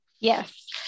Yes